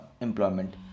employment